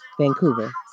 Vancouver